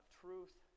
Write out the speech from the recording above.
truth